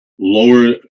lower